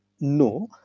No